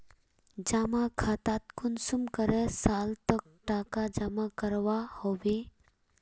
जमा खातात कुंसम करे साल तक टका जमा करवा होबे?